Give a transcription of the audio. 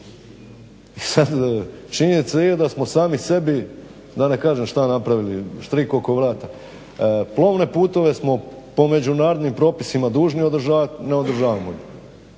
i sad činjenica je da smo sami sebi da ne kažem šta napravili, štrik oko vrata. Plovne putove smo po međunarodnim propisima dužni održavat, ne održavamo ih.